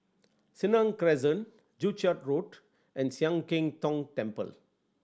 Senang Crescent Joo Chiat Road and Sian Keng Tong Temple